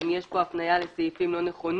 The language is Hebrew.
אם יש פה הפניה לסעיפים לא נכונים,